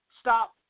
stop